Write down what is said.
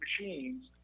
machines